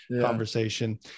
conversation